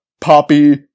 Poppy